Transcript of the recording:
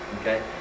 okay